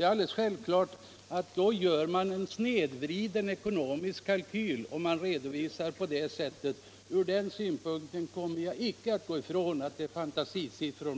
det sättet att räkna gör man en snedvriden ekonomisk kalkyl. Mot den bakgrunden ser jag ingen anledning gå ifrån uppfattningen att man här rör sig med fantasisiffror.